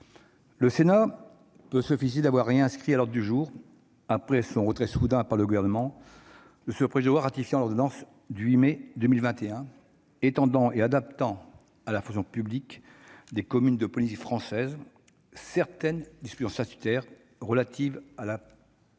le Sénat peut se féliciter d'avoir obtenu la réinscription à l'ordre du jour, après son retrait soudain par le Gouvernement, de ce projet de loi ratifiant l'ordonnance du 8 décembre 2021 étendant et adaptant à la fonction publique des communes de Polynésie française certaines dispositions statutaires relatives à la fonction